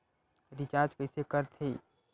Recharge कइसे कर थे?